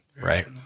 right